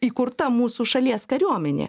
įkurta mūsų šalies kariuomenė